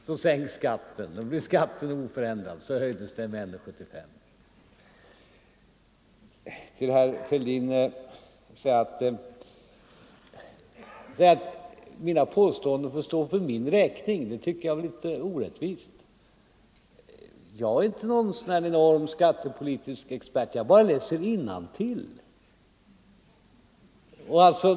Då skulle skatten ha sänkts eller blivit oförändrad. Men den höjdes med 1,75. Herr Fälldin säger att mina påståenden får stå för min egen räkning. Det tycker jag är orättvist. Jag är inte någon stor skatteteknisk expert; jag bara läser innantill.